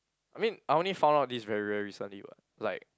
I mean I only found out this very very recently [what] like